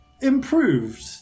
improved